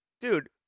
Dude